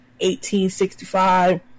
1865